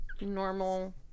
normal